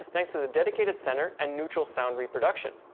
thanks to the dedicated center and neutral sound reproduction.